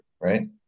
right